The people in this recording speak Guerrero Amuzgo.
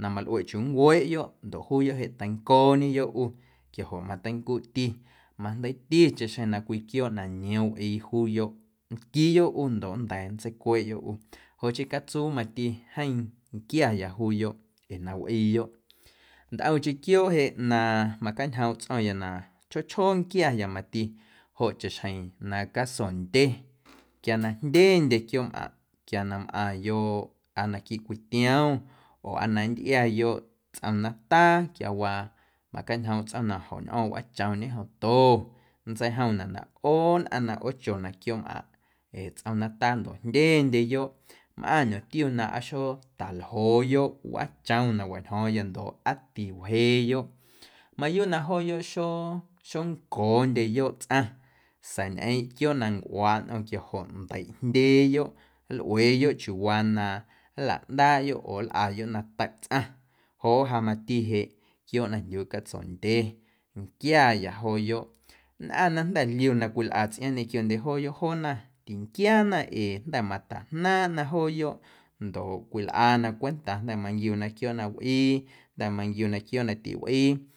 na malꞌueꞌ chiuu nncweꞌyoꞌ ndoꞌ juuyoꞌ jeꞌ teincooñeyoꞌ ꞌu quiajoꞌ mateincuuꞌti majndeiiticheⁿ xeⁿ na cwii quiooꞌ na nioom wꞌii juuyoꞌ nlquiiyoꞌ ꞌu ndoꞌ nnda̱a̱ nntseicweeꞌyoꞌ ꞌu joꞌ chii catsuu mati jeeⁿ nquiaya juuyoꞌ ee na wꞌiiyoꞌ. Ntꞌomcheⁿ quiooꞌ jeꞌ na macjaañjoomꞌ tsꞌo̱ⁿya na chjoo chjoo nquiaya mati joꞌ chaꞌxjeⁿ na casondye quia na jndyendye quiooꞌmꞌaⁿꞌ quia na mꞌaⁿyoꞌ aa naquiiꞌ cwii tiom oo aa na nntꞌiayoꞌ tsꞌom nataa quiawaa macañjoomꞌ tsꞌo̱ⁿ na jo̱ñꞌo̱ⁿ wꞌaachom ñejomto nntseijomnaꞌ na ꞌoo nnꞌaⁿ na ꞌoochona quiooꞌmꞌaⁿꞌ ee tsꞌom nataa ndoꞌ jndyendyeyoꞌ mꞌaⁿ ñꞌoomtiu na aa xootaljooyoꞌ wꞌaachom na wañjo̱o̱ⁿya ndoꞌ aa tiwjeeyoꞌ mayuuꞌ na jooyoꞌ xo xoncoondyeyoꞌ tsꞌaⁿ sa̱a̱ ñꞌeeⁿꞌ quiooꞌ na ncꞌuaaꞌ nꞌom quiajoꞌ ndeiꞌjndyeeyoꞌ nlꞌueeyoꞌ chiuuwaa na nlaꞌndaaꞌyoꞌ oo nlꞌayoꞌ nata̱ꞌ tsꞌaⁿ joꞌ ja mati jeꞌ quiooꞌ na jndyuu catsondyee nquiaya jooyoꞌ nnꞌaⁿ na jnda̱ ljiu na cwilꞌa tsꞌiaaⁿ ñequiondye jooyoꞌ joona tinquiaana ee matajnaaⁿꞌna jooyoꞌ ndoꞌ cwilꞌana cwenta jnda̱ manquiuna quiooꞌ na wꞌii jnda̱ manquiuna quiooꞌ na tiwꞌii.